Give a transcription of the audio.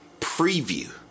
preview